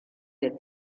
der